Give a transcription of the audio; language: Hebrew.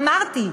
אמרתי,